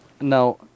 now